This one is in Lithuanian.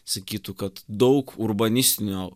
sakytų kad daug urbanistinių